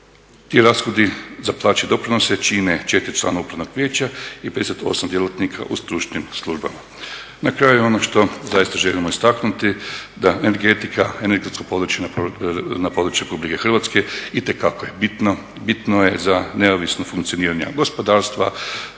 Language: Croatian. Ti rashodi za plaće i doprinose čine 4 člana upravnog vijeća i 58 djelatnika u stručnim službama. Na kraju ono što zaista želimo istaknuti, da energetika, energetsko područje na području Republike Hrvatske itekako je bitno, bitno je za neovisno funkcioniranje gospodarstva,